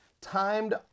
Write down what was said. timed